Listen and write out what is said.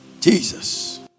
Jesus